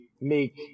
make